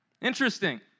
Interesting